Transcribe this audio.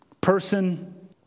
person